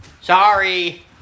Sorry